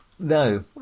No